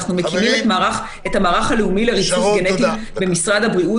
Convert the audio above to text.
אנחנו מקימים את המערך הלאומי לריצוף גנטי במשרד הבריאות